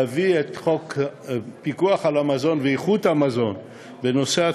להביא את חוק הפיקוח על המזון ואיכות המזון בצהרונים,